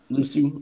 Lucy